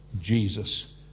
Jesus